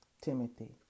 Timothy